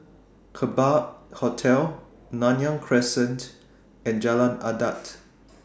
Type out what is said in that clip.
Kerbau Hotel Nanyang Crescent and Jalan Adat